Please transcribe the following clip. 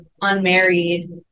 unmarried